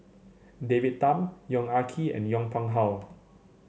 David Tham Yong Ah Kee and Yong Pung How